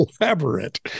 Elaborate